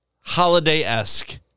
holiday-esque